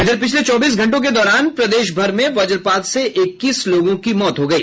इधर पिछले चौबीस घंटो के दौरान प्रदेशभर में वज्रपात से इक्कीस लोगों की मौत हो गयी